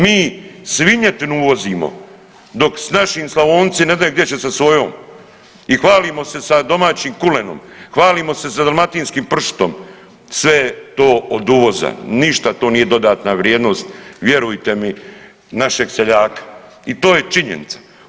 Mi svinjetinu uvozimo dok naši Slavonci ne znaju gdje će sa svojom i hvalimo se sa domaćim kulenom, hvalimo se sa dalmatinskim pršutom, sve je to od uvoza, ništa to nije dodatna vrijednost vjerujte mi našeg seljaka i to je činjenica.